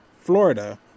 Florida